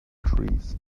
trees